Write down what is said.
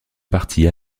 parties